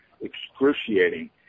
excruciating